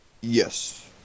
Yes